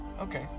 okay